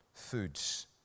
foods